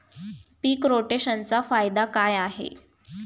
पीक रोटेशनचा फायदा काय आहे?